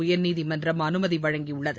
உயர்நீதிமன்றம் அனுமதி வழங்கியுள்ளது